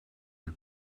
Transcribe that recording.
you